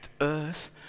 earth